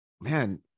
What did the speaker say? man